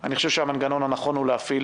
אני חושב שהמנגנון הנכון הוא להפעיל